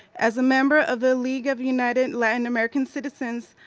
as a member of the league of united latin american citizens,